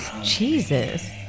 Jesus